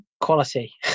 quality